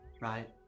right